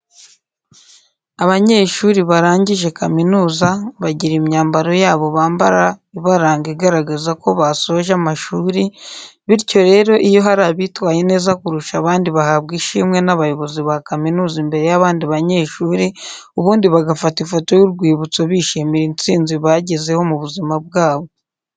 Abanyeshuri barangije kaminuza bagira imyambaro yabo bambara ibaranga igaragaza ko basoje amashuri, bityo rero iyo hari abitwaye neza kurusha abandi bahabwa ishimwe n'abayobozi ba kaminuza imbere y'abandi banyeshuri ubundi bagafata ifoto y'urwibutso bishimira intsinzi bagezeho mu buzima bwabo.